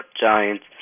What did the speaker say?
Giants